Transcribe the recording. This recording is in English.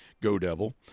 go-devil